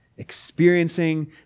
experiencing